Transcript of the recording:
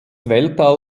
weltall